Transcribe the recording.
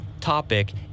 topic